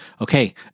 okay